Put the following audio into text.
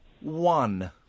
One